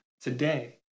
today